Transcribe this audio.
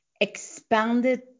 expanded